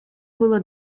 было